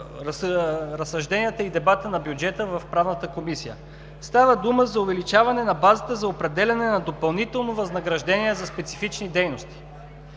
разсъжденията и дебата на бюджета в Правната комисия. Става дума за увеличаване на базата за определяне на допълнително възнаграждение за специфични дейности.